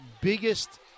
biggest